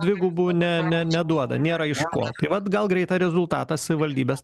dvigubų ne ne neduoda nėra iš ko tai vat gal greitą rezultatą savivaldybės